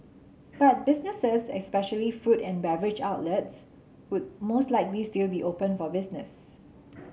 but businesses especially food and beverage outlets would most likely still be open for business